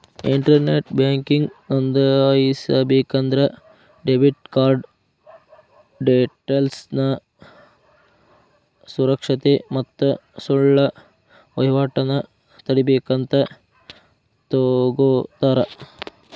internet banking ನೋಂದಾಯಿಸಬೇಕಂದ್ರ debit card ಡೇಟೇಲ್ಸ್ನ ಸುರಕ್ಷತೆ ಮತ್ತ ಸುಳ್ಳ ವಹಿವಾಟನ ತಡೇಬೇಕಂತ ತೊಗೋತರ